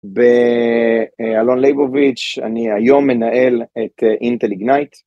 באלון ליבוביץ' אני היום מנהל את אינטליגנייט.